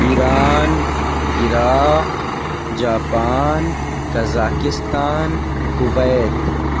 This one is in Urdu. Iran Iraq Japan Kazakhstan Kuwait